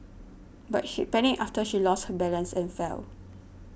but she panicked after she lost her balance and fell